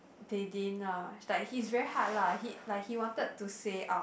they didn't lah it's like he's very hard lah he like he wanted to say out